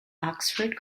oxford